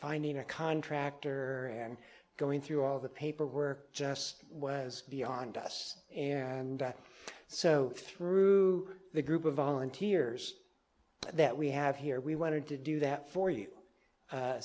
finding a contractor and going through all the paperwork just was beyond us and so through the group of volunteers that we have here we wanted to do that for you